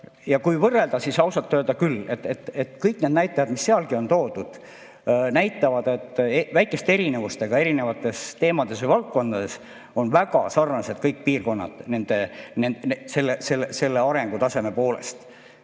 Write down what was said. Kui võrrelda, siis ausalt öelda küll, kõik need näitajad, mis sealgi on toodud, näitavad, et väikeste erinevustega eri teemades või valdkondades on väga sarnased kõik piirkonnad selle arengutaseme poolest,